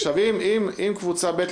עכשיו אם קבוצה ב',